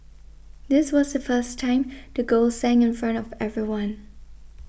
this was the first time the girl sang in front of everyone